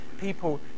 people